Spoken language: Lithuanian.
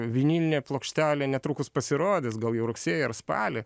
vinilinė plokštelė netrukus pasirodys gal jau rugsėjį ar spalį